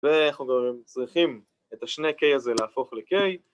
ואנחנו גם צריכים את השני K הזה להפוך ל-K